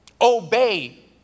obey